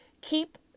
keep